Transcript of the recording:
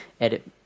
edit